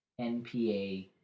NPA